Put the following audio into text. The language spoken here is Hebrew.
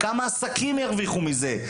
כמה עסקים ירוויחו מזה,